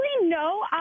no